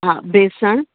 हा बेसणु